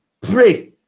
pray